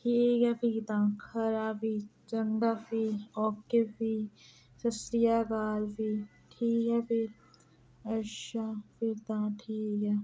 ठीक ऐ फ्ही तां खरा फ्ही चंगा फ्ही ओके फ्ही ससरियाकाल फ्ही ठीक ऐ फ्ही अच्छा फ्ही तां ठीक ऐ